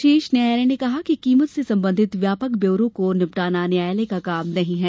शीर्ष न्यायालय ने कहा कि कीमत से संबंधित व्यापक ब्यौरों को निपटाना न्यायालय का काम नहीं है